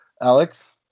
Alex